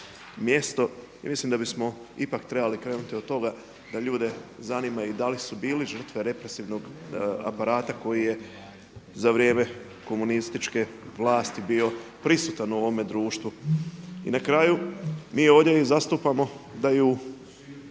mjesto. I mislim da bismo ipak trebali krenuti od toga da ljude zanima i da li su bili žrtve represivnog aparata koji je za vrijeme komunističke vlasti bio prisutan u ovome društvu. I na kraju mi ovdje zastupamo da i